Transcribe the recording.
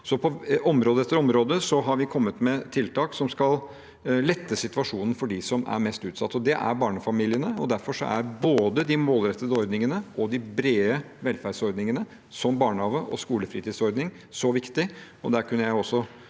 På område etter område har vi kommet med tiltak som skal lette situasjonen for dem som er mest utsatt. Det er barnefamiliene, og derfor er både de målrettede ordningene og de brede velferdsordningene, som barnehage og skolefritidsordning, så viktige.